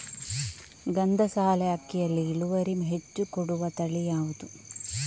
ಗಂಧಸಾಲೆ ಅಕ್ಕಿಯಲ್ಲಿ ಇಳುವರಿ ಹೆಚ್ಚು ಕೊಡುವ ತಳಿ ಯಾವುದು?